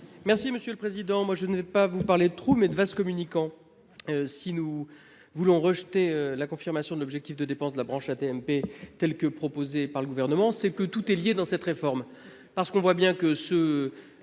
l'amendement n° 885. Je ne vous parlerai pas de trous, mais de vases communicants. Si nous voulons rejeter la confirmation de l'objectif de dépenses de la branche AT-MP proposée par le Gouvernement, c'est que tout est lié dans cette réforme.